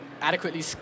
adequately